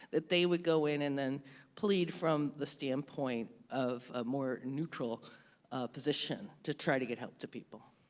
that they would go in and then plead from the standpoint of a more neutral position to try to get help to people.